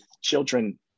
children